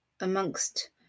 amongst